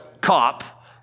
cop